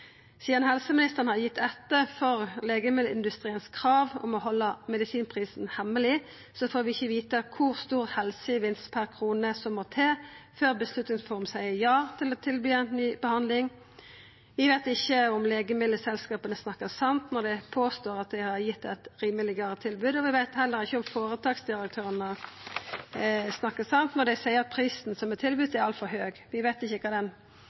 Sidan helseministeren har gitt etter for krava frå legemiddelindustrien om å halda medisinprisen hemmeleg, får vi ikkje vita kor stor helsegevinst per krone som må til før Beslutningsforum seier ja til å tilby ei ny behandling. Vi veit ikkje om legemiddelselskapa snakkar sant når dei påstår at dei har gitt eit rimelegare tilbod, og vi veit heller ikkje om føretaksdirektørane snakkar sant når dei seier at prisen som er tilbydd, er altfor høg. Vi veit ikkje kva den